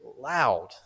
loud